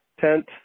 tent